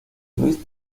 luis